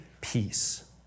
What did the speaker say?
peace